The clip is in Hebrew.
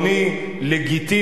לגיטימי,